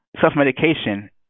self-medication